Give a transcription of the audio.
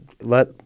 let